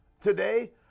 Today